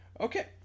Okay